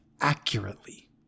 accurately